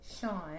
Sean